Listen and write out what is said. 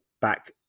back